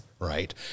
right